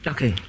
Okay